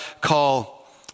call